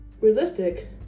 realistic